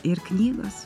ir knygos